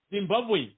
Zimbabwe